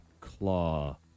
claw